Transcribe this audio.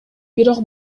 бирок